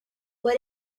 what